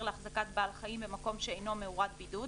להחזקת בעל חיים במקום שאינו מאורת בידוד,